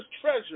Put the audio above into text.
treasure